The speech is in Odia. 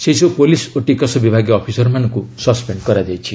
ସେହିସବୁ ପୁଲିସ୍ ଓ ଟିକସ ବିଭାଗ ଅଫିସରମାନଙ୍କୁ ସସ୍ପେଣ୍ଡ କରାଯାଇଛି